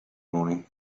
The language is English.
morning